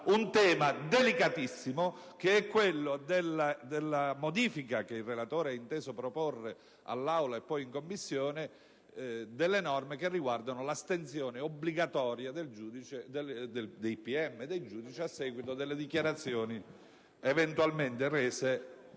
un tema delicatissimo: quello della modifica, che il relatore ha inteso proporre all'Aula e poi in Commissione, delle norme che riguardano l'astensione obbligatoria dei PM e dei giudici a seguito delle dichiarazioni eventualmente rese